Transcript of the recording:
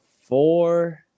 Four